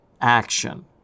action